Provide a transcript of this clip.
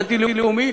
אלא דתי-לאומי,